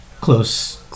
Close